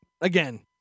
again